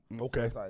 okay